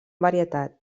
varietat